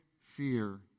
fear